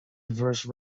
diverse